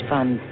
Fund